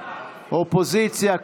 אופוזיציה,